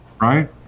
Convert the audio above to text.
right